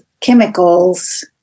chemicals